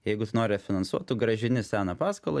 jeigu tu nori refinansuot tu grąžini seną paskolą